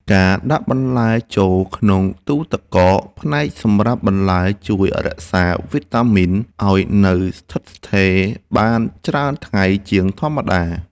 ការដាក់បន្លែចូលក្នុងទូទឹកកកផ្នែកសម្រាប់បន្លែជួយរក្សាវីតាមីនឱ្យនៅស្ថិតស្ថេរបានច្រើនថ្ងៃជាងធម្មតា។